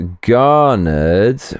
garnered